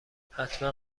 احتمالا